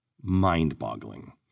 mind-boggling